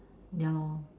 ya lor